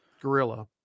gorilla